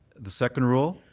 the second rule